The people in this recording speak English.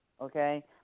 okay